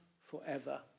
forever